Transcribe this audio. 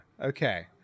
okay